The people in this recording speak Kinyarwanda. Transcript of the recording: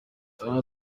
aha